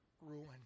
ruin